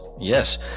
yes